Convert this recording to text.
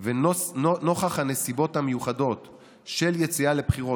ונוכח הנסיבות המיוחדות של יציאה לבחירות